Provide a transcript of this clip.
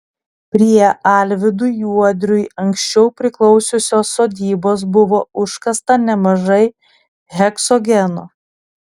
prie alvydui juodriui anksčiau priklausiusios sodybos buvo užkasta nemažai heksogeno